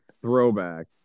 throwback